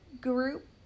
group